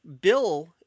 Bill